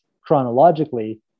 chronologically